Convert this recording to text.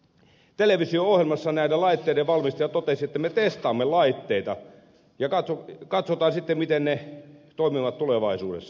televisio ohjelmassa näiden laitteiden valmistaja totesi että me testaamme laitteita ja katsotaan sitten miten ne toimivat tulevaisuudessa